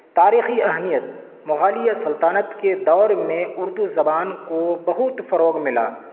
تاریخی اہمیت مغلیہ سلطنت کے دور میں اردو زبان کو بہت فروغ ملا